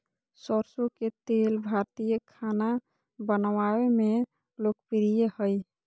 सरसो के तेल भारतीय खाना बनावय मे लोकप्रिय हइ